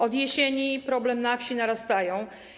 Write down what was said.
Od jesieni problemy na wsi narastają.